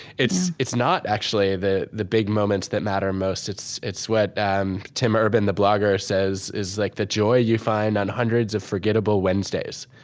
it's it's not actually the the big moments that matter most. it's it's what um tim urban the blogger says is like the joy you find on hundreds of forgettable wednesdays.